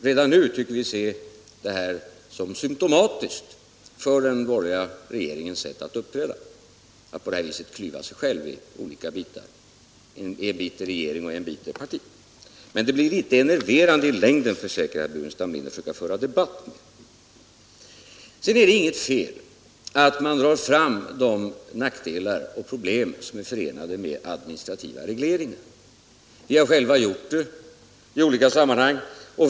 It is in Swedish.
Redan nu tycker jag mig se detta som symtomatiskt för den borgerliga regeringens sätt att uppträda — att på det här sättet klyva sig själv i olika bitar, en bit är regering och en bit är parti. Men det blir litet enerverande i längden, försäkrar jag herr Burenstam Linder, att försöka föra debatt på det sättet. Det är inget fel att dra fram de nackdelar och problem som är förenade med administrativa regleringar. Vi har själva gjort det i olika samman Nr 45 hang.